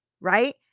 right